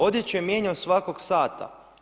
Odjeću je mijenjao svakoga sata.